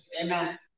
Amen